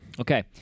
Okay